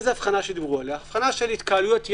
של התקהלויות יתר,